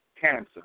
cancer